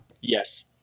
Yes